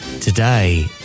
Today